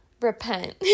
repent